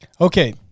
Okay